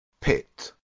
pit